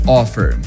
offer